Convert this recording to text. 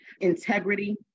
integrity